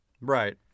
Right